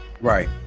Right